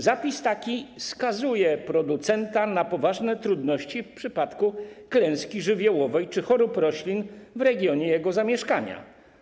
Zapis taki skazuje producenta na poważne trudności w przypadku klęski żywiołowej czy chorób roślin w regionie jego zamieszkania.